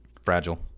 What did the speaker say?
fragile